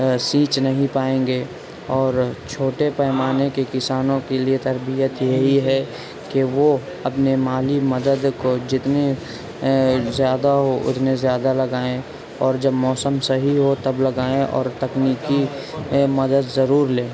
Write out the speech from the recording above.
سینچ نہیں پائیں گے اور چھوٹے پیمانے کے کسانوں کے لیے تربیت یہی ہے کہ وہ اپنے مالی مدد کو جتنے زیادہ ہو اتنے زیادہ لگائیں اور جب موسم صحیح ہو تب لگائیں اور تکنیکی مدد ضرور لیں